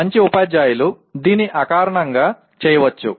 మంచి ఉపాధ్యాయులు దీన్ని అకారణంగా చేయవచ్చు